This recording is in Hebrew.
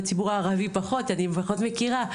בציבור הערבי פחות, אני פחות מכירה.